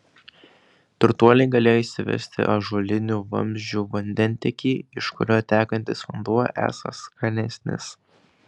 turtuoliai galėjo įsivesti ąžuolinių vamzdžių vandentiekį iš kurio tekantis vanduo esąs skanesnis